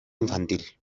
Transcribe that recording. infantil